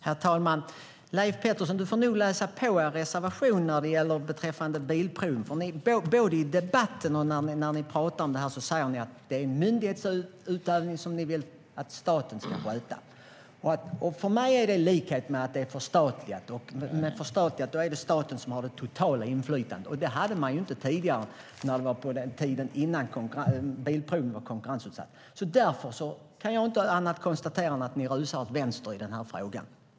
Herr talman! Du får nog läsa på er reservation beträffande bilprovning, Leif Pettersson. Både i debatten och när ni annars pratar om det här säger ni att det är myndighetsutövning som ni vill att staten ska sköta. För mig är det lika med att det är förstatligat. Då är det staten som har det totala inflytandet. Men det hade man inte tidigare, innan bilprovningen var konkurrensutsatt. Därför kan jag inte annat än konstatera att ni rusar åt vänster i denna fråga.